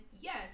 Yes